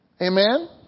Amen